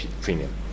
premium